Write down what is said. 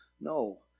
No